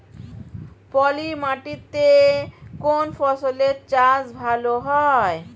পলি মাটিতে কোন ফসলের চাষ ভালো হয়?